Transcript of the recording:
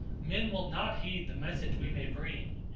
men will not heed the message we may bring.